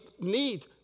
need